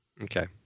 Okay